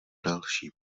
další